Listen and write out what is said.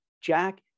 Jack